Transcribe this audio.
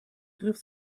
griff